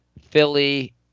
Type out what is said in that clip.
Philly